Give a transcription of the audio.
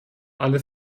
alle